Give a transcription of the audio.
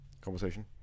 Conversation